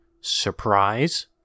surprise